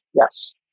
Yes